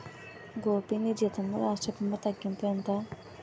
గోపీ నీ జీతంలో రాష్ట్ర భీమా తగ్గింపు ఎంత